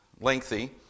lengthy